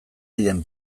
diren